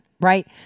right